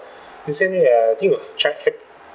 she send me err I think were chi~ happ~